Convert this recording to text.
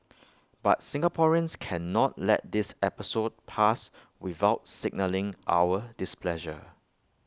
but Singaporeans cannot let this episode pass without signalling our displeasure